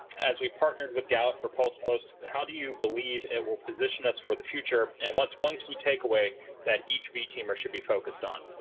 as we partnered with gallup for pulse, how do you believe it will position us for the future? and what's one key takeaway that each v teamer should be focused on?